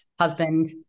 husband